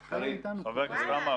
חבר הכנסת עמאר,